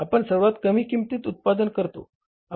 आपण सर्वात कमी किंमतीत उत्पादन करतो